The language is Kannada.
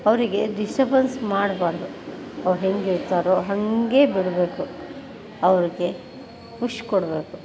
ಅವರಿಗೆ ಡಿಸ್ಟಬೆನ್ಸ್ ಮಾಡಬಾರ್ದು ಅವ್ರು ಹೇಗ್ ಇರ್ತಾರೋ ಹಾಗೆ ಬಿಡಬೇಕು ಅವರಿಗೆ ಖುಷ್ ಕೊಡಬೇಕು